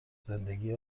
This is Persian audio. زندگی